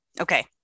okay